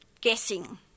guessing